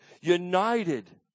united